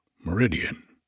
Meridian